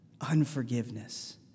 unforgiveness